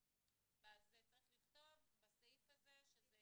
צריך לכתוב בסעיף הזה שזה